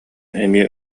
эмиэ